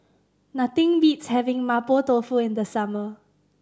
nothing beats having Mapo Tofu in the summer